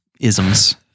Isms